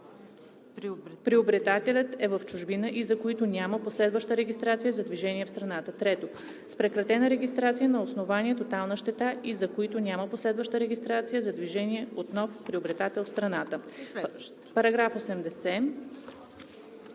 приобретателят е в чужбина и за които няма последваща регистрация за движение в страната; 3. с прекратена регистрация на основание тотална щета и за които няма последваща регистрация за движение от нов приобретател в страната.“ По § 80